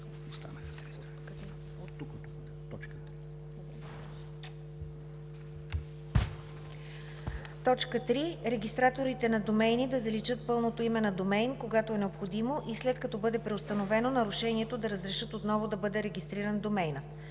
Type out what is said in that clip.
ДОКЛАДЧИК ДАНИЕЛА САВЕКЛИЕВА: „3. регистраторите на домейни да заличат пълното име на домейн, когато е необходимо и след като бъде преустановено нарушението да разрешат отново да бъде регистриран домейнът.